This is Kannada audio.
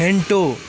ಎಂಟು